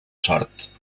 sort